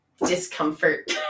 discomfort